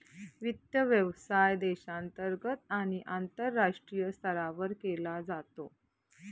वित्त व्यवसाय देशांतर्गत आणि आंतरराष्ट्रीय स्तरावर केला जातो